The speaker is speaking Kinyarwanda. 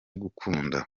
gukunda